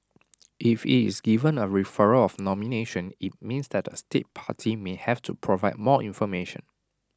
if IT is given A referral of nomination IT means that A state party may have to provide more information